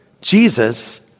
Jesus